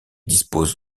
dispose